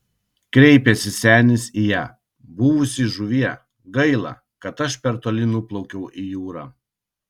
kreipėsi senis į ją buvusi žuvie gaila kad aš per toli nuplaukiau į jūrą